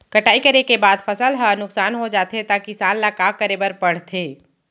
कटाई करे के बाद फसल ह नुकसान हो जाथे त किसान ल का करे बर पढ़थे?